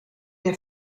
der